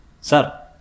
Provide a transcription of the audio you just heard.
Sir